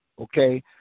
okay